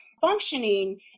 functioning